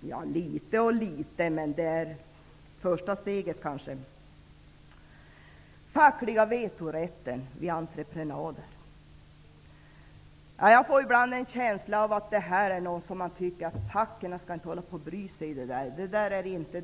Ja, litet och litet, men det är kanske första steget. Så till den fackliga vetorätten vid entreprenader. Jag får ibland en känsla av att man tycker att facket inte skall bry sig, att detta inte är en sak för facket.